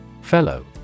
Fellow